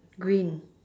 green